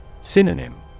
Synonym